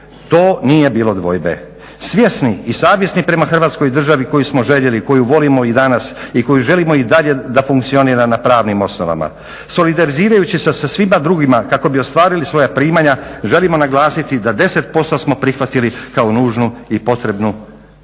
to nije bilo dvojbe. Svjesni i savjesni prema Hrvatskoj državi koju smo željeli i koju volimo i danas i koju želimo da i dalje funkcionira na pravnim osnovama. Solidarizirajući se sa svima drugima kako bi ostvarili svoja primanja želimo naglasiti da 10% smo prihvatili kao nužnu i potrebnu danas